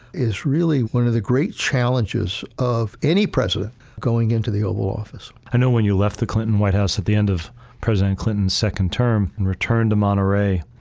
is really one of the great challenges of any president going into the oval office. i know when you left the clinton white house at the end of president clinton's second term, and returned to monterey,